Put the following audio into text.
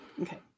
Okay